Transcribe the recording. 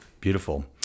Beautiful